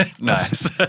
Nice